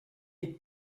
est